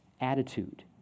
attitude